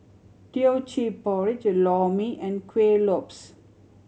Teochew Porridge Lor Mee and Kueh Lopes